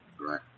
Right